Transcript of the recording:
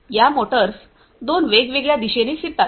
या मोटर्स दोन वेगळ्या दिशेने फिरतात